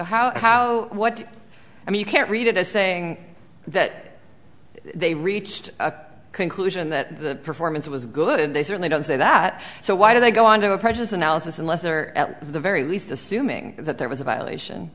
so how what i mean you can't read it as saying that they reached a conclusion that the performance was good and they certainly don't say that so why do they go on to approaches analysis unless they are at the very least assuming that there was a violation